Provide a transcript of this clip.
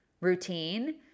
routine